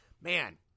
man